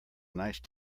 nice